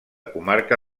comarca